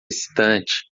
excitante